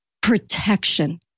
protection